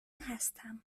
هستم